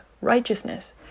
righteousness